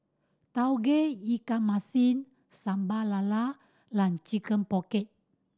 Tauge Ikan Masin Sambal Lala and Chicken Pocket